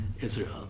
Israel